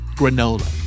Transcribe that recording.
granola